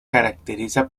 caracteriza